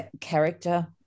character